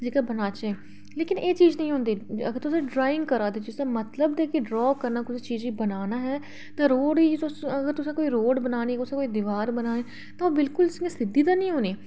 जेह्का बनाचै लेकिन एह् चीज निं होनी चाहिदी लेकिन अगर तुस ड्राइंग करा दे मतलब कि ड्रा करना कुसै चीज़ गी बनाना ऐ ते रोड़ गी तुस अगर तुसें रोड़ ई बनाना ऐ तुसें कोई दिवार बनानी तां ओह् बिलकुल सिद्धी निं होनी